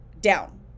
down